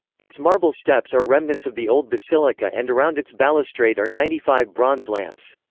its marble steps are remnants of the old basilica and around its balustrade are ninety five bronze lamps.